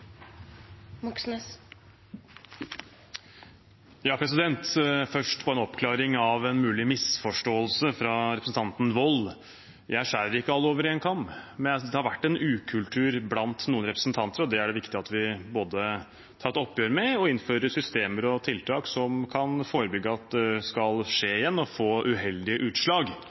Først bare en oppklaring av en mulig misforståelse fra representanten Wold: Jeg skjærer ikke alle over én kam, men jeg synes det har vært en ukultur blant noen representanter, og det er viktig at vi tar et oppgjør med det, og innfører systemer og tiltak som kan forebygge at skal skje igjen og få uheldige utslag